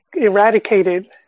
eradicated